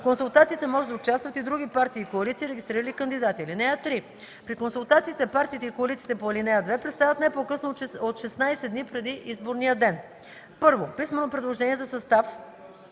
консултациите може да участват и други партии и коалиции, регистрирали кандидати. (3) При консултациите партиите и коалициите по ал. 2 представят не по-късно от 16 дни преди изборния ден: 1. писмено предложение за състав